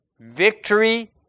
Victory